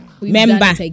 member